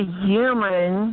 human